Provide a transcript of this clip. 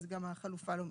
גם החלופה לא מתאפשרת.